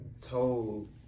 told